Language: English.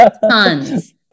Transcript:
Tons